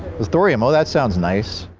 it's thorium. oh, that sounds nice.